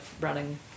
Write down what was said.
running